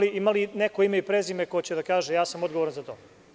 Ima li neko ime i prezime ko će da kaže – ja sam odgovaran za to.